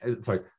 sorry